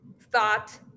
thought